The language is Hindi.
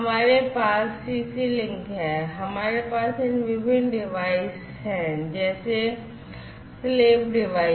हमारे पास CC लिंक है हमारे पास इन विभिन्न डिवाइस हैं जैसे slave डिवाइस